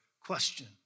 Question